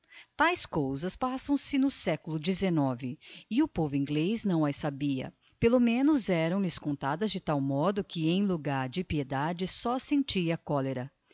taes cousas passam-se no seculo xix e o povo inglez não as sabia pelo menos eram-lhe contadas de tal modo que em logar de piedade só sentia colera